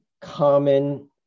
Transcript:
common